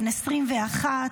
בן 21,